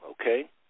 okay